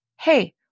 Hey